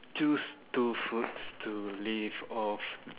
choose two foods to live off